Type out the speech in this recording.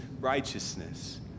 righteousness